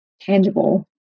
tangible